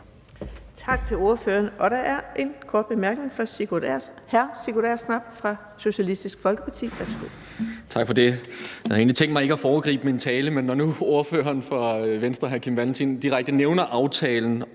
Tak til ordføreren. Der er en kort bemærkning fra hr. Sigurd Agersnap fra Socialistisk Folkeparti.